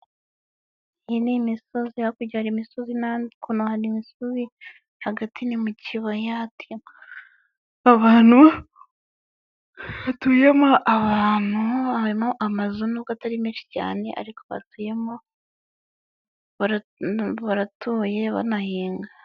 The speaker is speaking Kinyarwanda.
Iyi ni imisozi, hakurya hari imisozi hakuno hari imisozi hagati ni mu kibaya, abantu hatuyemo abantu, harimo amazu nubwo atari menshi cyane, ariko batuyemo baratuye banahinga.